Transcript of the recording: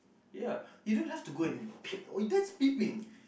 ya you don't have to go and peep oh that's peeping